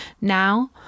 now